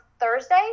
Thursday